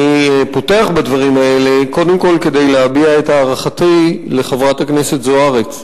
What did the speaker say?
אני פותח בדברים האלה קודם כול כדי להביע את הערכתי לחברת הכנסת זוארץ,